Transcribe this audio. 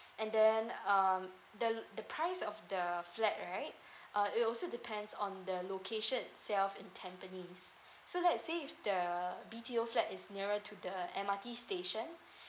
and then um the the price of the flat right uh it also depends on the location itself in tampines so let's say if the B_T_O flat is nearer to the M_R_T station